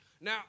Now